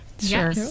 Sure